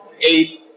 Eight